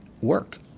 work